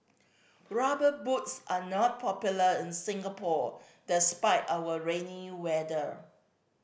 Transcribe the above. Rubber Boots are not popular in Singapore despite our rainy weather